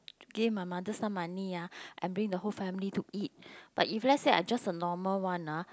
give my mother some money ah I bring the whole family to eat but if let's say I just a normal one nah